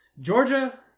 Georgia